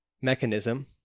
mechanism